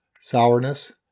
sourness